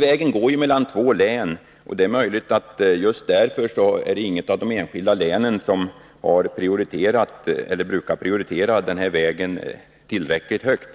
Vägen går ju mellan två län, och det är möjligt att det just därför inte är något av de enskilda länen som brukar prioritera den här vägen tillräckligt högt.